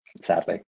sadly